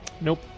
nope